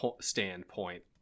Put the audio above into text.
standpoint